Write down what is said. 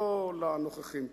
לא לנוכחים פה.